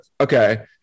okay